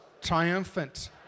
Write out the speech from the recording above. triumphant